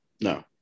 No